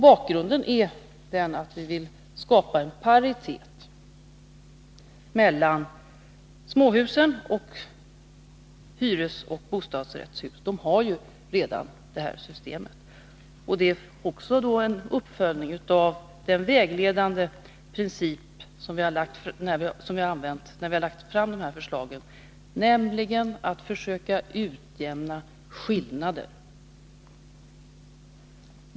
Bakgrunden är att vi vill skapa paritet mellan småhus och hyresoch bostadsrättshus, som redan har detta system. Det är också en uppföljning av den vägledande princip som vi har haft när vi har lagt fram förslaget, nämligen att försöka utjämna skillnader.